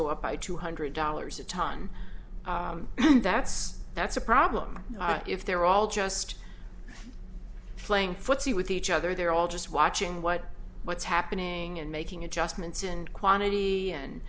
go up by two hundred dollars a ton and that's that's a problem if they're all just playing footsie with each other they're all just watching what what's happening and making adjustments in quantity and